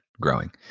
growing